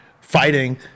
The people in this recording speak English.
fighting